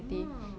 oh